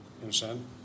understand